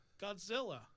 Godzilla